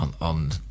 on